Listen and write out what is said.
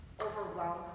overwhelmed